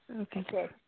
Okay